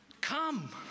come